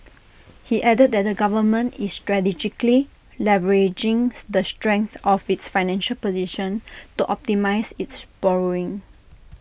he added that the government is strategically leveraging the strength of its financial position to optimise its borrowing